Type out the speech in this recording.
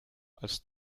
als